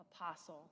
apostle